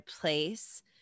place